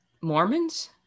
Mormons